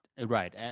right